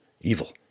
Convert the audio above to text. evil